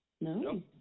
No